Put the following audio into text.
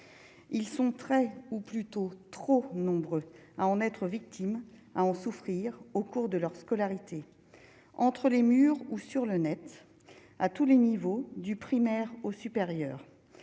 ils sont très ou plutôt trop nombreux à en être victime à en souffrir au cours de leur scolarité, entre les murs ou sur le Net à tous les niveaux du primaire au supérieur,